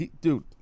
Dude